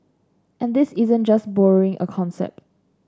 and this isn't just borrowing a concept